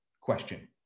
question